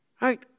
Right